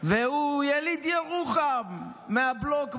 הוא יליד ירוחם מהבלוק בגבעה,